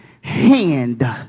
hand